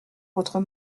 votre